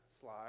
slide